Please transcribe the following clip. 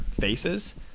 faces